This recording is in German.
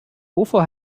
wovor